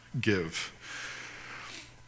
give